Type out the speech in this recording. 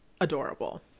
adorable